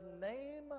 name